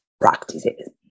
practices